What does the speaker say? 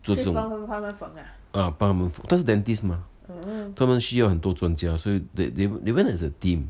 做这种 ah 帮他们缝他是 dentist 吗他们需要很多专家 so they they went as a team